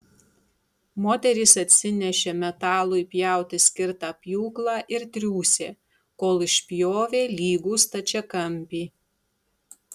moterys atsinešė metalui pjauti skirtą pjūklą ir triūsė kol išpjovė lygų stačiakampį